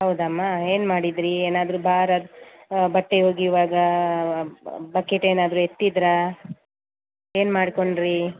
ಹೌದಾಮ್ಮ ಏನು ಮಾಡಿದಿರಿ ಏನಾದರೂ ಭಾರದ ಬಟ್ಟೆ ಒಗೆಯುವಾಗ ಬಕೆಟ್ ಏನಾದರೂ ಎತ್ತಿದಿರಾ ಏನು ಮಾಡಿಕೊಂಡ್ರಿ